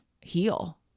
heal